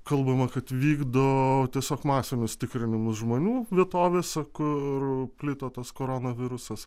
kalbama kad vykdo tiesiog masinius tikrinimus žmonių vietovėse kur plito tas koronavirusas